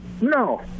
No